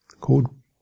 Called